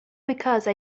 because